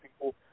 people